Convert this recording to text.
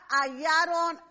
hallaron